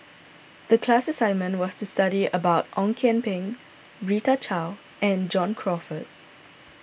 the class assignment was to study about Ong Kian Peng Rita Chao and John Crawfurd